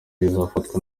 izafatwa